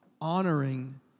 honoring